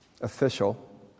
official